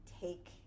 take